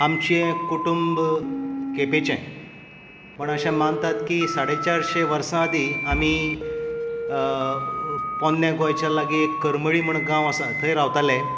आमचें कुटुंब केपेंचें पूण अशें मानतात की साडे चारशे वर्सां आदी आमी पोन्न्या गोंयाच्या लागीं एक करमळी म्हूण गांव आसा थंय रावताले